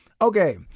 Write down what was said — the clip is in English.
Okay